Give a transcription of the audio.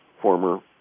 former